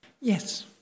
Yes